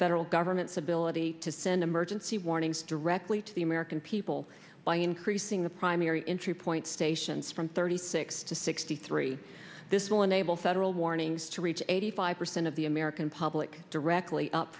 federal government's ability to send emergency warnings directly to the american people by increasing the primary in true point stations from thirty six to sixty three this will enable federal warnings to reach eighty five percent of the american public directly up